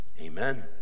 Amen